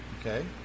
Okay